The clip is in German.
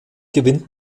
gewinnt